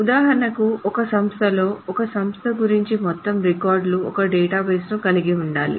ఉదాహరణకు ఒక సంస్థలో ఒక సంస్థ గురించి మొత్తం రికార్డులు ఒక డేటాబేస్ను కలిగి ఉంటాయి